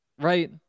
Right